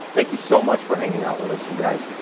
thank you so much for hanging out with us, you guys.